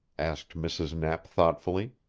asked mrs. knapp thoughtfully.